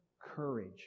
courage